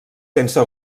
sense